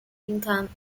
income